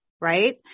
Right